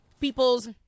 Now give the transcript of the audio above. people's